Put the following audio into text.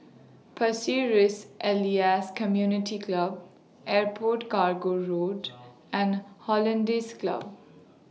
Pasir Ris Elias Community Club Airport Cargo Road and Hollandse Club